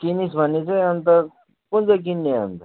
किनिस् भने चाहिँ अन्त कुन चाहिँ किन्ने हो अन्त